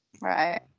Right